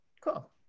Cool